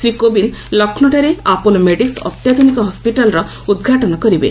ଶ୍ରୀ କୋବିନ୍ଦ ଲକ୍ଷ୍ନୌଠାରେ ଆପୋଲୋ ମେଡିକୁ ଅତ୍ୟାଧୁନିକ ହସ୍କିଟାଲ୍ର ଉଦ୍ଘାଟନ କରିବେ